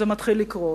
זה מתחיל לקרות.